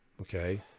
Okay